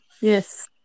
Yes